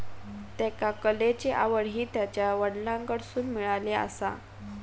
त्येका कलेची आवड हि त्यांच्या वडलांकडसून मिळाली आसा